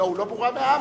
לא, הוא לא מורם מעם.